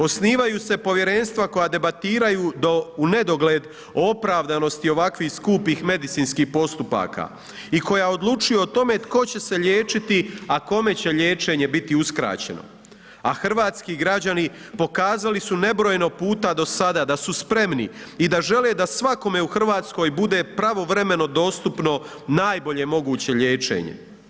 Osnivaju se povjerenstva koja debatiraju do unedogled o opravdanosti ovakvih skupih medicinskih postupaka i koja odlučuje o tome tko će se liječiti a kome će liječenje biti uskraćeno a hrvatski građani pokazali su nebrojeno puta do sada da su spremni da žele da svakome u Hrvatskoj bude pravovremeno dostupno najbolje moguće liječenje.